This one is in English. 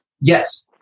Yes